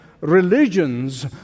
religions